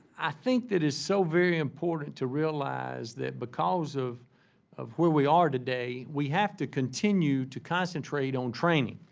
i think that it's so very important to realize that because of of where we are today, we have to continue to concentrate on training.